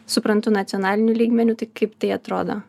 suprantu nacionaliniu lygmeniu tai kaip tai atrodo